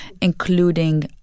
including